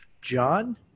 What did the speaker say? John